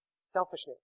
Selfishness